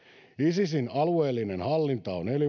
isisin alueellinen hallinta on